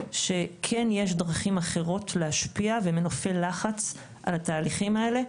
שכן יש דרכים אחרות להשפיע ומנופי לחץ על התהליכים האלה,